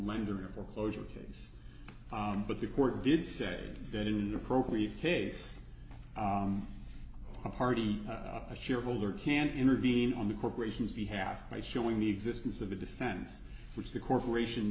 lender of foreclosure case but the court did say that in the appropriate case a party a shareholder can intervene on the corporation's behalf by showing the existence of a defense which the corporation